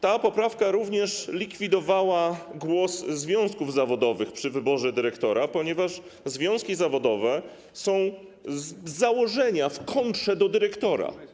Ta poprawka również likwidowała głos związków zawodowych przy wyborze dyrektora, ponieważ związki zawodowe są z założenia w kontrze do dyrektora.